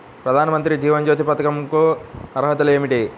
ప్రధాన మంత్రి జీవన జ్యోతి పథకంకు అర్హతలు ఏమిటి?